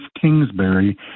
Kingsbury